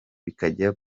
bikajya